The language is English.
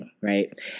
right